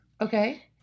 Okay